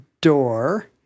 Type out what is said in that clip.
door